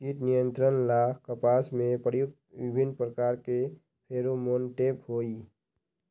कीट नियंत्रण ला कपास में प्रयुक्त विभिन्न प्रकार के फेरोमोनटैप होई?